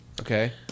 Okay